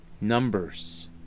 numbers